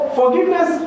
forgiveness